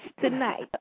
tonight